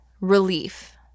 relief